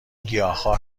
گیاهخوار